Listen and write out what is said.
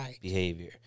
behavior